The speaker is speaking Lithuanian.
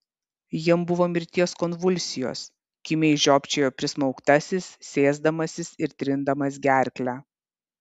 jam buvo mirties konvulsijos kimiai žiopčiojo prismaugtasis sėsdamasis ir trindamas gerklę